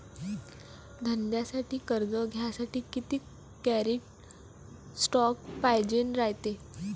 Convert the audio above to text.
धंद्यासाठी कर्ज घ्यासाठी कितीक क्रेडिट स्कोर पायजेन रायते?